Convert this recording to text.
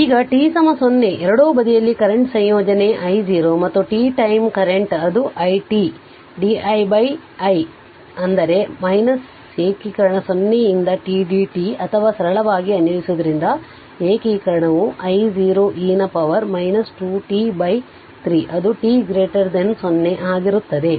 ಈಗ t 0 ಎರಡೂ ಬದಿಯಲ್ಲಿ ಕರೆಂಟ್ ಸಂಯೋಜನೆ I0 ಮತ್ತು t time t ಕರೆಂಟ್ ಅದು i t di i ಏಕೀಕರಣ 0 ರಿಂದ t dt ಅಥವಾ ಸರಳವಾಗಿ ಅನ್ವಯಿಸುವುದರಿಂದ ಏಕೀಕರಣವು I0 e ನ ಪವರ್ 2 t 3 ಅದು t 0 ಗೆ ಆಗಿರುತ್ತದೆ